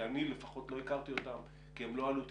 שאני לפחות לא הכרתי אותם כי הם לא עלו תקשורתית,